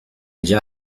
già